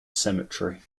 cemetery